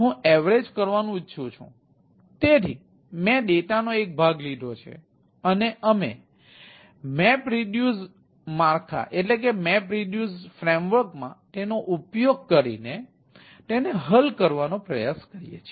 હું એવરેજ કરવાનું ઇચ્છું છું તેથી મેં ડેટા નો એક ભાગ લીધો છે અને અમે મેપરિડ્યુસ માં તેનો ઉપયોગ કરીને તેને હલ કરવાનો પ્રયાસ કરીએ છીએ